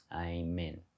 amen